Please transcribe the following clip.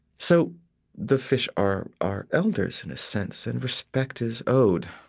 so the fish are our elders in a sense and respect is owed